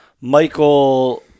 Michael